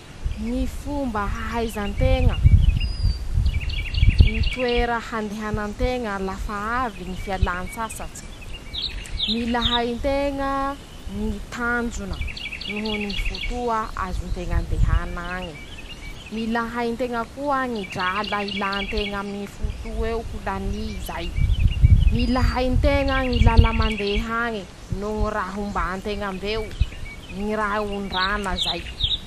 Ñy fomba ahaiza nteña ñy toera andehana nteña lafa avy ñy fialàtsasatse: -Mila hay nteña ñy tanjona noho ny ñy fotoa azo nteña andehana añy. -Mila hay nteña koa ñy drala ilà nteña aminy ñy fotoa'eo ho lanyy zay. -Mila hay nteña ñy lala mandeh'añe no ñy raha ombà nteña mbeo, ñy raha ondrana zay.